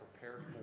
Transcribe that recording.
prepared